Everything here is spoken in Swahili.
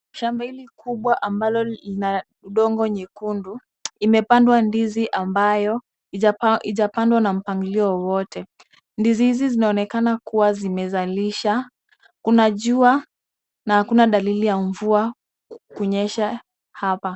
Shamba hili kubwa ambalo ina udongo nyekundu imepandwa ndizi ambayo haijapandwa na mpangilio wowote. Ndizi hizi zinaonekana kuwa zimezalisha. Kuna jua na hakuna dalili ya mvua kunyesha hapa.